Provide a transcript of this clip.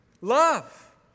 Love